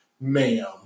Ma'am